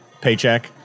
paycheck